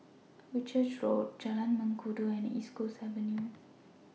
Whitchurch Road Jalan Mengkudu and East Coast Avenue